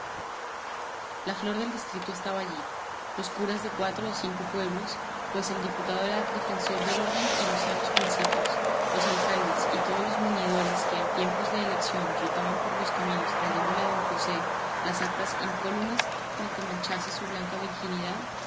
la flor del distrito estaba allí los curas de cuatro o cinco pueblos pues el diputado era defensor del orden y los sanos principios los alcaldes y todos los muñidores que en tiempos de elección trotaban por los caminos trayéndole a don josé las actas incólumes para que manchase su blanca virginidad